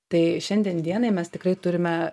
tai šiandien dienai mes tikrai turime